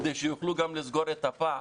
כדי שיוכלו גם לסגור את הפער,